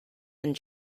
and